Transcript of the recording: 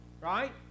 right